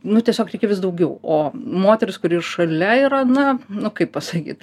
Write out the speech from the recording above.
nu tiesiog reikia vis daugiau o moteris kuri šalia yra na nu kaip pasakyt